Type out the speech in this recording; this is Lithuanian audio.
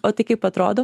o tai kaip atrodom